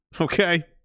Okay